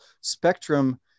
spectrum